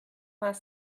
vingt